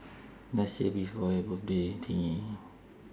last year before your birthday thingy